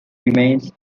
remains